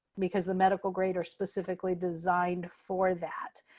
because the medical grade are specifically designed for that.